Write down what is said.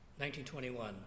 1921